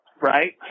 right